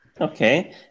Okay